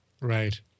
Right